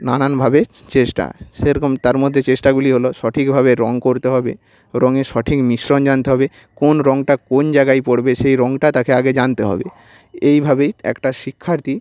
নানানভাবে চেষ্টা সেরকম তার মধ্যে চেষ্টাগুলি হলো সঠিকভাবে রঙ করতে হবে রঙের সঠিক মিশ্রণ জানতে হবে কোন রঙটা কোন জায়গায় পড়বে সেই রঙটা তাকে আগে জানতে হবে এইভাবেই একটা শিক্ষার্থী